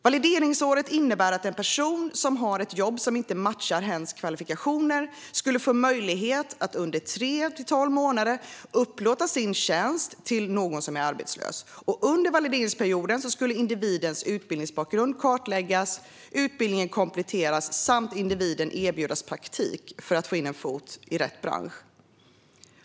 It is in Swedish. Valideringsåret innebär att en person som har ett jobb som inte matchar hens kvalifikationer skulle få möjlighet att under tre till tolv månader upplåta sin tjänst till någon som är arbetslös. Under valideringsperioden skulle individens utbildningsbakgrund kartläggas, utbildningen kompletteras samt individen erbjudas praktik för att få in en fot i rätt bransch.